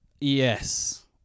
Yes